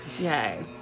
yay